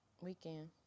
Weekend